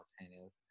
simultaneous